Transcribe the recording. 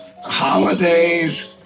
holidays